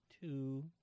Two